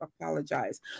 apologize